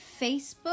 Facebook